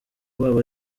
rwabo